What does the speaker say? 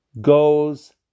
goes